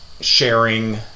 sharing